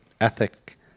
ethic